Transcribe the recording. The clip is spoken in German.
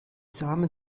samen